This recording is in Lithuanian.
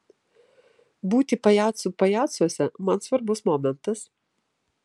būti pajacu pajacuose man svarbus momentas